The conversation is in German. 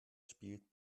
spielt